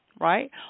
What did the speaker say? right